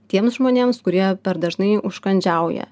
tiems žmonėms kurie per dažnai užkandžiauja